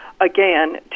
again